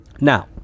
Now